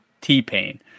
T-Pain